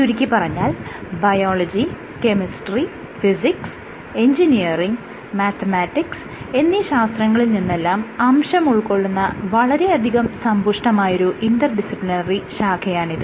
ചുരുക്കിപ്പറഞ്ഞാൽ biology chemistry physics engineering mathematics എന്നീ ശാസ്ത്രങ്ങളിൽ നിന്നെല്ലാം അംശമുൾകൊള്ളുന്ന വളരെയധികം സമ്പുഷ്ടമായ ഒരു ഇന്റർ ഡിസിപ്ലിനറി ശാഖയാണിത്